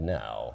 now